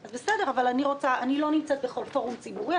בסדר, אבל אני לא נמצאת בכל פורום ציבורי.